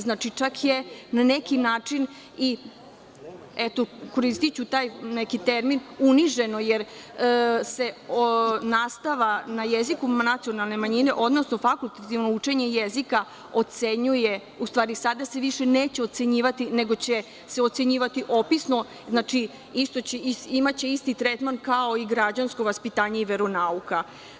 Znači, čak je na neki način, koristiću taj neki termin, uniženo jer se nastava na jeziku nacionalne manjine, odnosno fakultativno učenje jezika, sada više neće ocenjivati, nego će se ocenjivati opisno, znači, imaće isti tretman kao i građansko vaspitanje i veronauka.